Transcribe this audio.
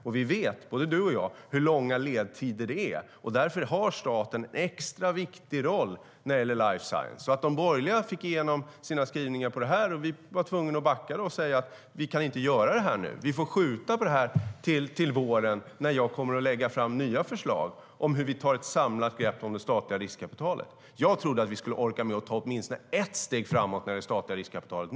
Både Penilla Gunther och jag vet hur långa ledtider det är, och därför har staten en extra viktig roll när det gäller life science. Jag trodde att vi skulle orka med att ta åtminstone ett steg framåt nu när det gäller det statliga riskkapitalet.